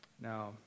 Now